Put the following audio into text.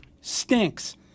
stinks